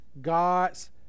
God's